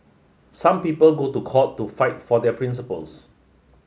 some people go to court to fight for their principles